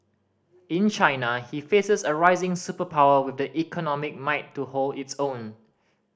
in China he faces a rising superpower with the economic might to hold its own